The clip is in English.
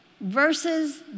versus